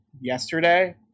yesterday